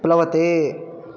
प्लवते